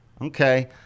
Okay